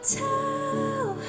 tell